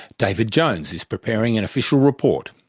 david jones is preparing an official report.